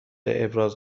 ابراز